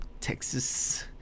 Texas